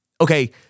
Okay